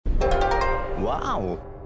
Wow